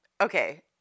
Okay